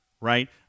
right